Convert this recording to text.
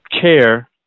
care